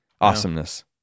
Awesomeness